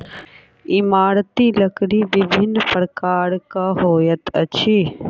इमारती लकड़ी विभिन्न प्रकारक होइत अछि